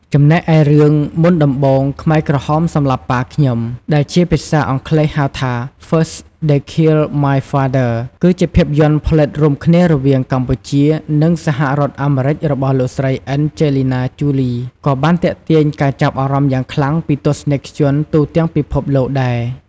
ចំណែកឯរឿង "មុនដំបូងខ្មែរក្រហមសម្លាប់ប៉ាខ្ញុំ" ដែលជាភាសាអង់គ្លេស ហៅថា First They Killed My Father គឺ ជាភាពយន្តផលិតរួមគ្នារវាងកម្ពុជា និងសហរដ្ឋអាមេរិករបស់ លោកស្រី អេនជេលីណា ជូលី ក៏បានទាក់ទាញការចាប់អារម្មណ៍យ៉ាងខ្លាំងពីទស្សនិកជនទូទាំងពិភពលោកដែរ។